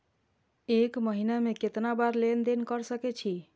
एक महीना में केतना बार लेन देन कर सके छी?